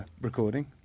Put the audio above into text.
recording